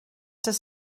does